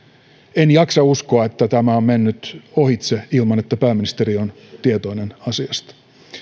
en jaksa uskoa että tämä on mennyt ohitse ilman että pääministeri on tietoinen asiasta